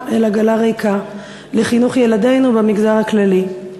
אל עגלה ריקה לחינוך ילדינו במגזר הכללי.